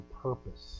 purpose